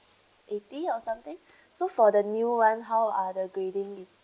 eighty or something so for the new one how are the grading is